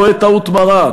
טועה טעות מרה,